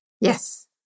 Yes